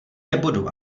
nebudu